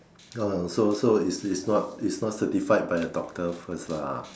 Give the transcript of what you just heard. oh so so is is not is not certified by a doctor first lah